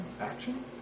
Action